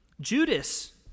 Judas